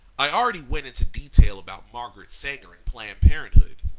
i already went into detail about margaret sanger and planned parenthood.